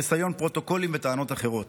חיסיון פרוטוקולים וטענות אחרות.